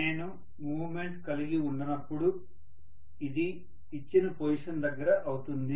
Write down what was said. నేను మూమెంట్ కలిగి ఉండనప్పుడు ఇది ఇచ్చిన పొజిషన్ దగ్గర అవుతుంది